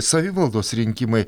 savivaldos rinkimai